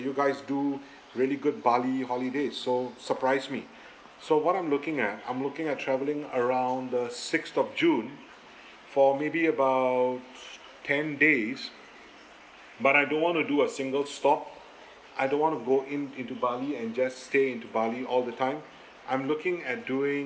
you guys do really good bali holiday so surprise me so what I'm looking at I'm looking at travelling around the sixth of june for maybe about ten days but I don't want to do a single stop I don't want go in into bali and just stay into bali all the time I'm looking at doing